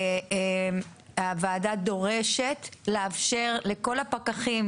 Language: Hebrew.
שהוועדה דורשת לאפשר לכל הפקחים